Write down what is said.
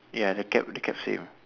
ya the cap the cap same